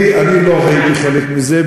אני לא הייתי חלק מזה,